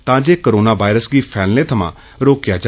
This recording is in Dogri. तांजे करोना वायरस गी फैलाने थमां रोकेया जा